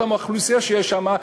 אותה אוכלוסייה שיש שם,